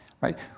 right